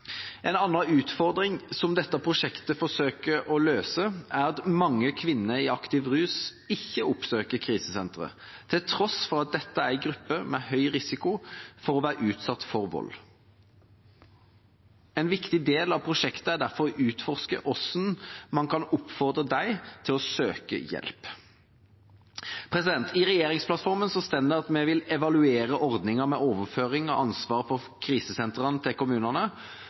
En annen utfordring som dette prosjektet forsøker å løse, er at mange kvinner i aktiv rus ikke oppsøker krisesentre, til tross for at dette er en gruppe med høy risiko for å utsettes for vold. En viktig del av prosjektet er derfor å utforske hvordan man kan oppfordre dem til å søke hjelp. I regjeringsplattformen står det at vi vil evaluere ordningen med overføring av ansvaret for krisesentrene til kommunene